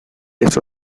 eso